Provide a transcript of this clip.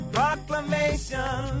Proclamation